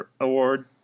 award